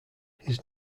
his